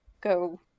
go